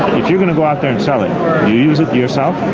if you're going to go out there and sell it, do you use it yourself?